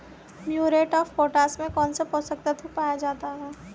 Muriate of potash में कौन सा पोषक तत्व पाया जाता है?